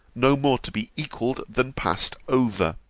no more to be equaled, than passed over.